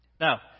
Now